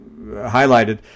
highlighted –